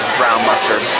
brown mustard.